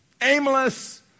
Aimless